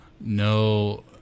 no